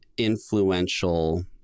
influential